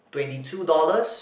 twenty two dollars